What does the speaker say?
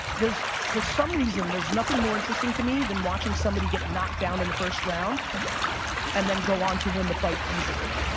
for some reason there's nothing more interesting to me than watching somebody get knocked down in the first round and then go on to win the fight easily.